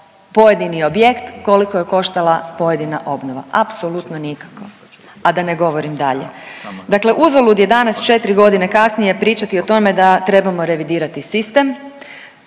pojedini objekt, koliko je koštala pojedina obnova. Apsolutno nikako, a da ne govorim dalje. Dakle, uzalud je danas 4 godine kasnije pričati o tome da trebamo revidirati sistem.